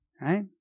Right